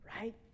right